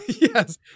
Yes